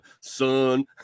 son